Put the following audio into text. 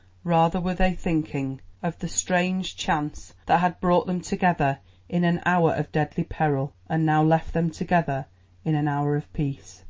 rather were they thinking of the strange chance that had brought them together in an hour of deadly peril and now left them together in an hour of peace.